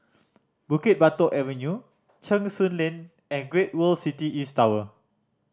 Bukit Batok Avenue Cheng Soon Lane and Great World City East Tower